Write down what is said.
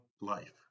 life